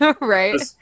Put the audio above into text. Right